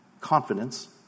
confidence